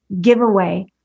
giveaway